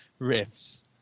riffs